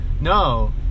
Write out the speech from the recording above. No